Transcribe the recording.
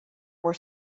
were